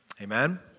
Amen